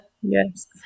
Yes